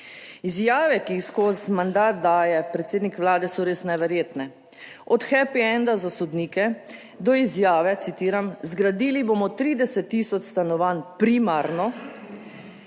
Izjave, ki jih skozi mandat daje predsednik vlade so res neverjetne, od happy end-a za sodnike do izjave, citiram, zgradili bomo 30 tisoč stanovanj, primarno